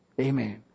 Amen